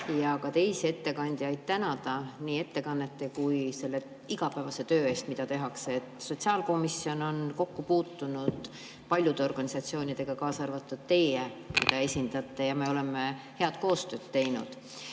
ka teisi ettekandjaid tänada nii ettekannete kui ka selle igapäevase töö eest, mida tehakse. Sotsiaalkomisjon on kokku puutunud paljude organisatsioonidega, kaasa arvatud see, mida teie esindate, ja me oleme head koostööd teinud.